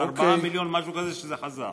4 מיליון, משהו כזה, שחזרו.